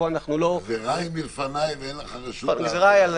גזרה היא מלפני ואין לך רשות להרהר אחריה.